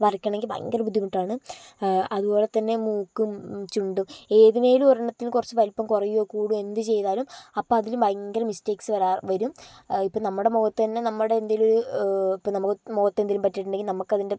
വരയ്ക്കണമെങ്കിൽ ഭയങ്കര ബുദ്ധിമുട്ടാണ് അതുപോലെ തന്നെ മൂക്കും ചുണ്ടും ഏതിനേലും ഒരെണ്ണത്തിന് കുറച്ച് വലിപ്പം കുറയുകയോ കൂടുവോ എന്ത് ചെയ്താലും അപ്പ അതില് ഭയങ്കര മിസ്റ്റേക്ക്സ് വരാ വരും ഇപ്പോൾ നമ്മടെ മുഖത്ത് തന്നെ നമ്മുടെ എന്തേലും ഇപ്പ നമുക്ക് മുഖത്ത് എന്തേലും പറ്റിയിട്ടുണ്ടെങ്കിൽ നമുക്കതിൻ്റെ